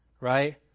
Right